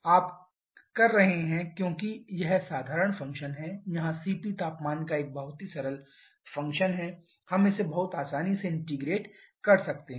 आप कर रहे हैं क्योंकि यह साधारण फंक्शन है यहाँ Cp तापमान का एक बहुत ही सरल फंक्शन है हम इसे बहुत आसानी से इंटीग्रेट कर सकते हैं